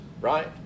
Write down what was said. Right